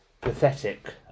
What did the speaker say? pathetic